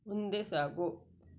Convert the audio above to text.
ಮುಂದೆ ಸಾಗು